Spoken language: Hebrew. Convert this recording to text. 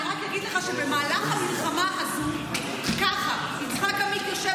אני רק אגיד לך שבמהלך המלחמה הזו יצחק עמית יושב